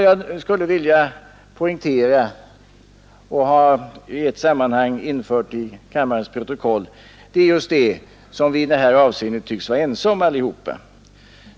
Jag skulle vilja poängtera och i ett sammanhang få infört i kammarens protokoll att vi i ett avseende tycks vara ense.